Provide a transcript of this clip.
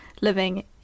living